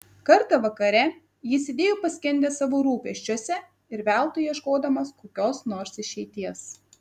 kartą vakare jis sėdėjo paskendęs savo rūpesčiuose ir veltui ieškodamas kokios nors išeities